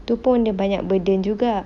tu pun dia banyak burden juga